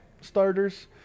starters